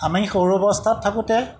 আমি সৌৰ অৱস্থাত থাকোঁতে